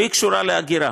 והיא קשורה להגירה.